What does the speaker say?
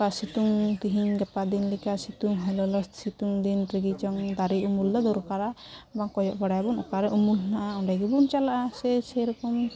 ᱚᱱᱠᱟ ᱥᱤᱛᱩᱝ ᱛᱮᱦᱮᱧᱼᱜᱟᱯᱟᱫᱤᱱ ᱞᱮᱠᱟ ᱥᱤᱛᱩᱝ ᱞᱚᱞᱚᱼᱥᱤᱛᱩᱝ ᱫᱤᱱᱨᱮᱜᱮ ᱪᱚᱝ ᱫᱟᱨᱮ ᱩᱢᱩᱞᱫᱚ ᱫᱚᱨᱠᱟᱨᱟ ᱚᱱᱟ ᱠᱚᱭᱚᱜ ᱵᱟᱲᱟᱭᱟᱵᱚᱱ ᱚᱠᱟᱨᱮ ᱩᱢᱩᱞ ᱦᱮᱱᱟᱜᱼᱟ ᱚᱸᱰᱮᱜᱮᱵᱚᱱ ᱪᱟᱞᱟᱜᱼᱟ ᱥᱮ ᱥᱮᱨᱚᱠᱚᱢ